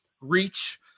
reach